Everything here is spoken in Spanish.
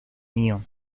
mío